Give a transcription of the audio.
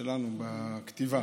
שלנו בכתיבה,